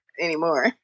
anymore